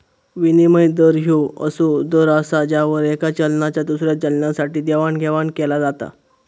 विनिमय दर ह्यो असो दर असा ज्यावर येका चलनाचा दुसऱ्या चलनासाठी देवाणघेवाण केला जाता